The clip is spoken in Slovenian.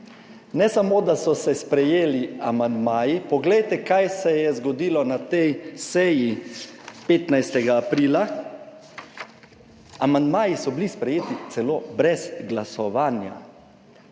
ne samo, da so se sprejeli amandmaji, poglejte kaj se je zgodilo na tej seji, 15. aprila. Amandmaji so bili sprejeti celo brez glasovanja.